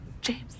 James